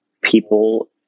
people